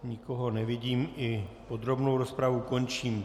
Nikoho nevidím, i podrobnou rozpravu končím.